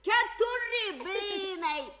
keturi blynai tomiui